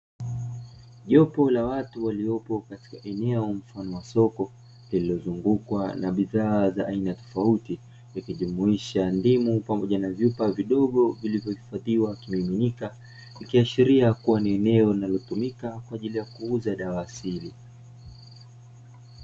Jopo la watu waliopo katika eneo mfano wa soko lililozungukwa na bidhaa za aina tofauti, ikijumuisha ndimu pamoja na vyupa vidogo vilivohifadhiwa kimiminika, ikiashiria kuwa ni eneo linalotumika kwaajili ya kuuza dawa za asili.